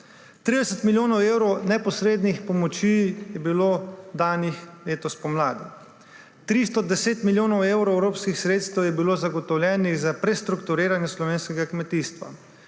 30 milijonov evrov neposrednih pomoči je bilo danih letos pomladi, 310 milijonov evrov evropskih sredstev je bilo zagotovljenih za prestrukturiranje slovenskega kmetijstva.